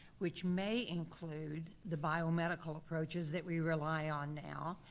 which may include the biomedical approaches that we rely on now,